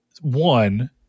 One